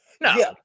No